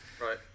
Right